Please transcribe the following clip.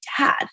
dad